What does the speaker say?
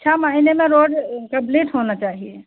छः महीने में रोड कंप्लीट होना चाहिए